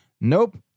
Nope